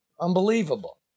Unbelievable